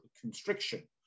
constriction